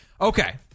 okay